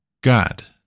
God